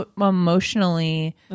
emotionally